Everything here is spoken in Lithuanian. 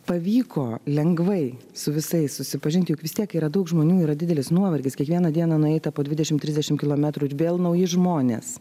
pavyko lengvai su visais susipažinti juk vis tiek yra daug žmonių yra didelis nuovargis kiekvieną dieną nueita po dvidešimt trisdešimt kilometrų ir vėl nauji žmonės